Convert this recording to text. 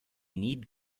need